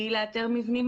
אז שוב אני אנצל את הבמה: